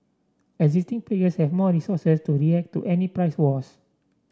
existing players have more resources to react to any price wars